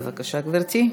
בבקשה, גברתי.